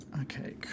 Okay